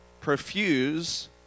Profuse